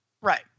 Right